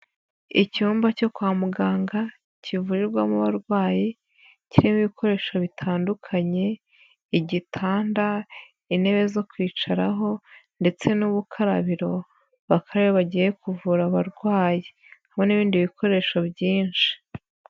Icyumba cyo kwa muganga kivurirwamo abarwayi, kirimo ibikoresho bitandukanye, igitanda, intebe zo kwicaraho ndetse n'agakarabiro bakarabiraho iyo bagiye kuvura abarwayi, n'ibindi bikoresho byinshi.